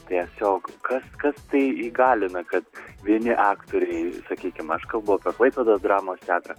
tiesiog kas kas tai įgalina kad vieni aktoriai sakykim aš kalbu apie klaipėdos dramos teatrą